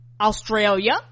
australia